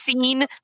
seen